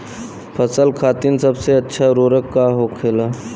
फसल खातीन सबसे अच्छा उर्वरक का होखेला?